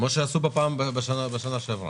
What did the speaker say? שעשו בשנה שעברה.